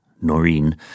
Noreen